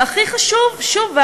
והכי חשוב: שוב,